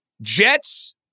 Jets